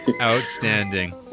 Outstanding